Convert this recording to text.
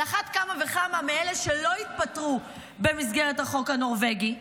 על אחת כמה וכמה מאלה שלא התפטרו במסגרת החוק הנורבגי,